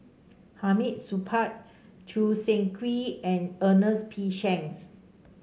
Hamid Supaat Choo Seng Quee and Ernest P Shanks